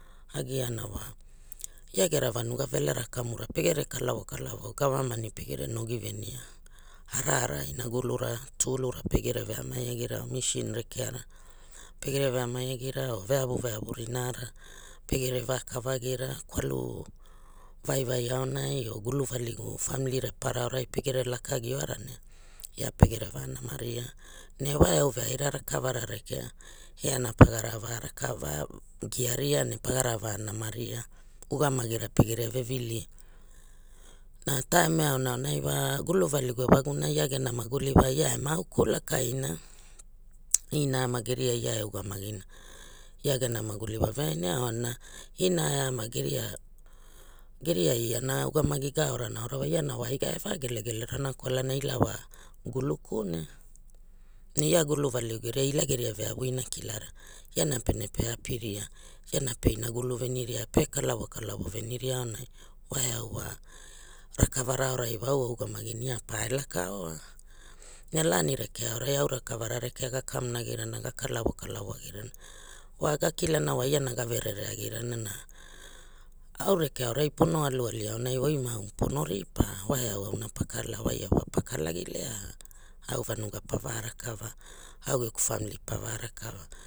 Agiana wa gia gera vanuga velera kamura pegere kalavo kalavo gavamani pegere nogi venia, ara a inagulura tulu ra pegere veamai agira or misin rekeara pegere veamai agira or veavu veavu rinara pegere vakalagira kwalu voi voi aonai or gulu valigu famili repara aurai pegere lakagi oara me oa